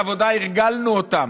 אז מה עושים בשביל ההתבוללות הזאת?